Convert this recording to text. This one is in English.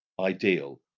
ideal